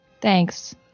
Thanks